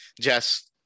Jess